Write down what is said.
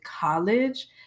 college